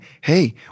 hey